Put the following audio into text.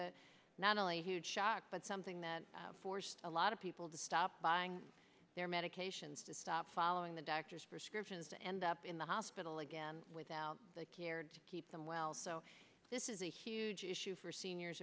a not only huge shock but something that forced a lot of people to stop buying their medications to stop following the doctor's prescriptions and up in the hospital again without the cared to keep them well so this is a huge issue for seniors